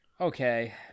okay